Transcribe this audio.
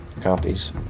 Copies